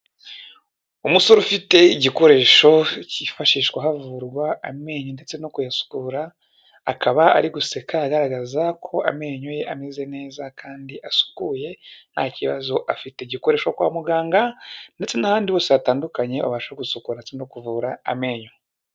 Umusore ufite igikoresho cyifashishwa havurwa amenyo ndetse no kuyasukura, akaba ari guseka agaragaza ko amenyo ye ameze neza kandi asukuye nta kibazo afite, gikoreshwa kwa muganga ndetse n'ahandi hose hatandukanye abasha gusukura no kuvura amenyo.